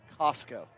Costco